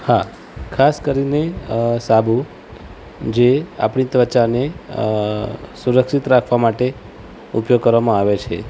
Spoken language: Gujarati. હા ખાસ કરીને અ સાબુ જે આપણી ત્વચાને સુરક્ષિત રાખવા માટે ઉપયોગ કરવામાં આવે છે